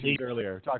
earlier